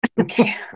Okay